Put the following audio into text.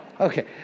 Okay